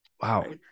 Wow